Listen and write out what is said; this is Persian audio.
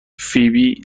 فیبی